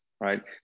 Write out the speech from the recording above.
right